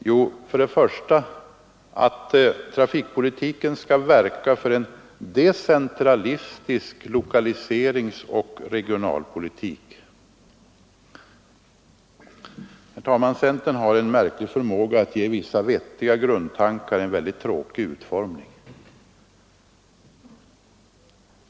Jo, det är först och främst att trafikpolitiken skall verka för en decentralistisk lokaliseringsoch regionalpolitik. Centern har en märklig förmåga att ge vissa vettiga grundtankar en tråkig utformning.